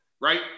right